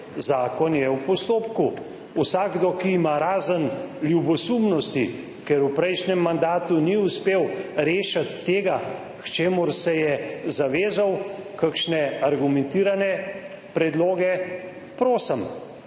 zakon je v postopku. Vsakdo, ki ima razen ljubosumnosti, ker v prejšnjem mandatu ni uspel rešiti tega, k čemur se je zavezal, kakšne argumentirane predloge – prosim.